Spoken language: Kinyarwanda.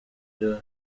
byo